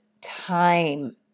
time